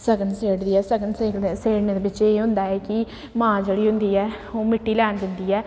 सगन सेड़दी ऐ सगन सेड़ने दे पिच्छें एह् होंदा कि मां जेह्ड़ी होंदी ऐ ओह् मिट्टी लैन जंदी ऐ